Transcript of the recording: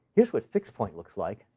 here's what fixed point looks like.